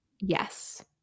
Yes